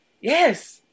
yes